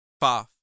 Five